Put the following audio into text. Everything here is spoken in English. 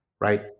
right